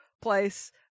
place